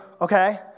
okay